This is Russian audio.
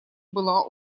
была